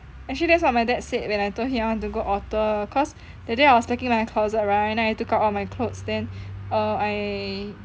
actually that's what my dad said when I told him I want go alter cause that day I was packing my closet right then I took out all my clothes then err I